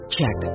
Check